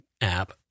app